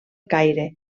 caire